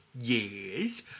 Yes